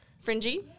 Fringy